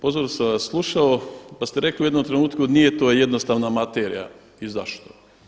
Pozorno sam vas slušao pa ste rekli u jednom trenutku nije to jednostavna materija i zašto.